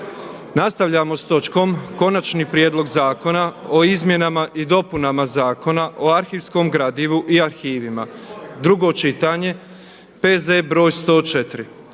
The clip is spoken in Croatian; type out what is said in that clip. prihvatio Konačni prijedlog zakona o izmjenama i dopunama Zakona o arhivskome gradivu i arhivima, drugo čitanje, P.Z. br. 104.